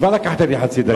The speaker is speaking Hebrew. כבר לקחת לי חצי דקה.